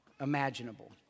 imaginable